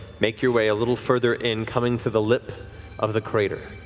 make your way a little further in, coming to the lip of the crater.